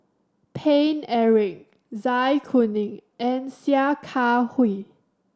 Paine Eric Zai Kuning and Sia Kah Hui